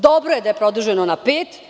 Dobro je da je produženo na pet.